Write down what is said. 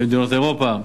במדינות אירופה.